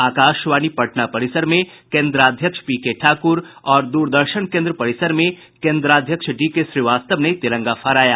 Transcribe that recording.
आकाशवाणी पटना परिसर में केन्द्राध्यक्ष पीके ठाकुर और दूरदर्शन केन्द्र परिसर में केन्द्राध्यक्ष डीके श्रीवास्तव ने तिरंगा फहराया